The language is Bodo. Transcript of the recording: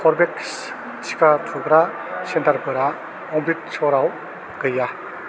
करभेक्स टिका थुग्रा सेन्टारफोरा अमृतसराव गैया